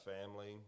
family